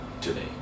today